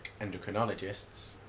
endocrinologists